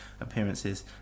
appearances